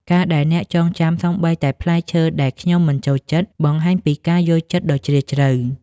ការដែលអ្នកចងចាំសូម្បីតែផ្លែឈើដែលខ្ញុំមិនចូលចិត្ត បង្ហាញពីការយល់ចិត្តដ៏ជ្រាលជ្រៅ។